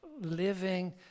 living